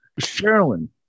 Sherilyn